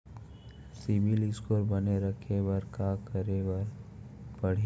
CIBIL score बने रखे बर का करे पड़ही?